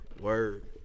Word